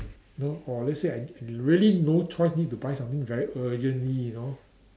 know or let's say I really no choice need to buy something very urgently you know